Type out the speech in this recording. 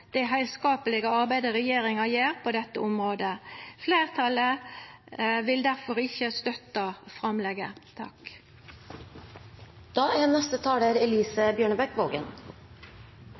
det heilskaplege arbeidet regjeringa gjer på dette området. Fleirtalet vil difor ikkje støtta framlegget.